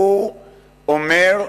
הוא אומר: